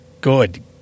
good